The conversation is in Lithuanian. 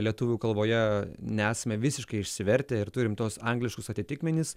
lietuvių kalboje nesame visiškai išsivertę ir turim tuos angliškus atitikmenis